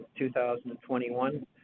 2021